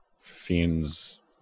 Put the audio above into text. fiends